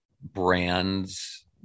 brands